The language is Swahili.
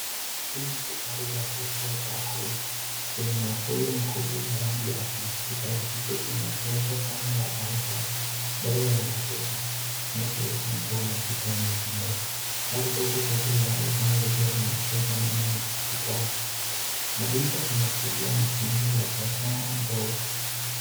Hii ni kigari cha kuuzia chakula chenye mwavuli mkubwa wa rangi ya blue kigari hicho kimeegeshwa kando ya barabara, mbele ya maduka inayouza nguo na bidhaa nyinginezo. Gari ndogo jeupe linaonekana likiwa limeegeshwa nyuma ya kigari na picha inaashiria mazingira ya biashara ndogo.